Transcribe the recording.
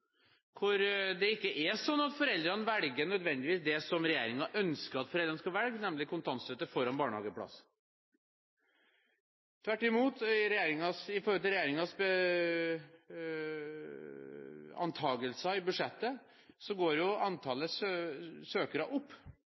Det er ikke slik at foreldrene nødvendigvis velger det som regjeringen ønsker at de skal velge, nemlig kontantstøtte foran barnehageplass. Tvert imot: Ifølge regjeringens antagelser i budsjettet går jo antallet søkere opp,